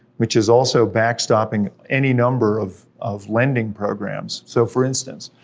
which is also back stopping any number of of lending programs. so for instance,